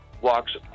walks